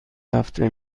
هفته